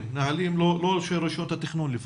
כן, נהלים לא רשויות התכנון לפחות.